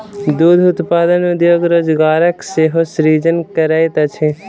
दूध उत्पादन उद्योग रोजगारक सेहो सृजन करैत अछि